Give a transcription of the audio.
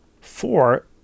Four